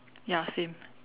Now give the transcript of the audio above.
ya same